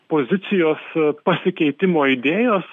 pozicijos pasikeitimo idėjos